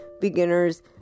Beginners